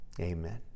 Amen